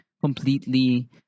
completely